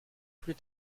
plus